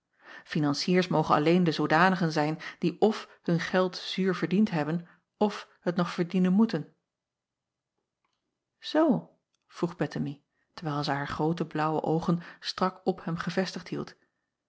inanciers mogen alleen de zoodanigen zijn die f hun geld zuur verdiend hebben f het nog verdienen moeten oo vroeg ettemie terwijl zij haar groote blaauwe oogen strak op hem gevestigd hield